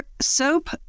Soap